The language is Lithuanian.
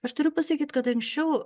aš turiu pasakyt kad anksčiau